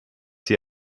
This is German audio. sie